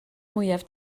mwyaf